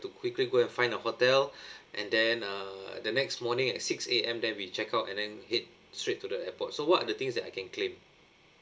to quickly go and find a hotel and then uh the next morning at six A_M then we check out and then head straight to the airport so what are the things that I can claim